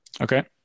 Okay